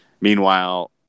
Meanwhile